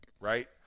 right